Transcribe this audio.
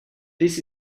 this